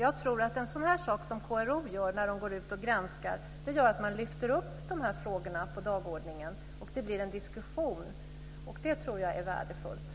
Jag tror att en sådan sak som KRO gör när man går ut och granskar innebär att de här frågorna lyfts upp på dagordningen och det blir en diskussion. Det tror jag är värdefullt.